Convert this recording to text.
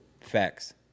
facts